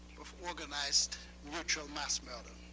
of organized mutual mass murder.